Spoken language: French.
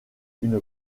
une